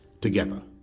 together